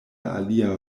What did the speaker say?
alia